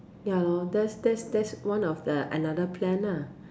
ya loh that's that's that's one of the another plan lah